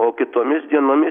o kitomis dienomis